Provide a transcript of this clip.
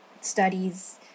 studies